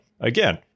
Again